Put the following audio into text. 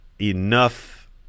enough